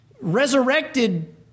resurrected